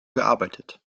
gearbeitet